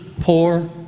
poor